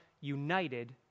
united